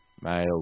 male